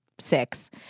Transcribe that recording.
six